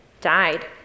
died